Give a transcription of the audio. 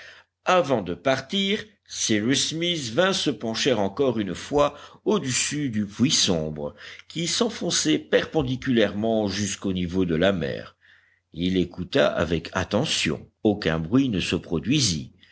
avant de partir cyrus smith vint se pencher encore une fois audessus du puits sombre qui s'enfonçait perpendiculairement jusqu'au niveau de la mer il écouta avec attention aucun bruit ne se produisit